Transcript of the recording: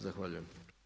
Zahvaljujem.